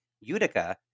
Utica